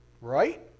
right